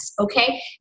Okay